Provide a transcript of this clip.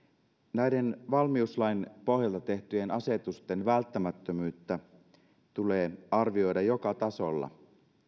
näiden valmiuslain pohjalta tehtyjen asetusten välttämättömyyttä tulee arvioida joka tasolla